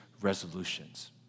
resolutions